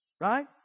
right